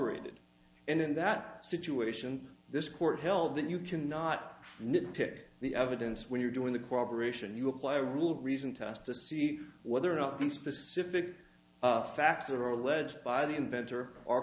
rated and in that situation this court held that you cannot nitpick the evidence when you're doing the cooperation you apply rule reason to ask to see whether or not the specific facts are alleged by the inventor or